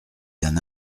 d’un